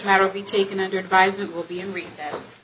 matter will be taken under advisement will be in recess